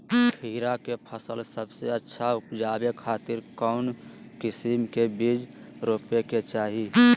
खीरा के फसल सबसे अच्छा उबजावे खातिर कौन किस्म के बीज रोपे के चाही?